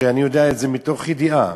מתוך ידיעה: